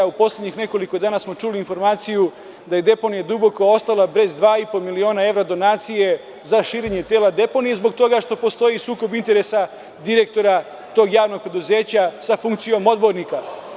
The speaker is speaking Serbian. U poslednjih nekoliko dana smo čuli informaciju da je deponija „Duboko“ ostala bez 2,5 miliona evra donacije za širenje tela deponije zbog toga što postoji sukob interesa direktora tog javnog preduzeća sa funkcijom odbornika.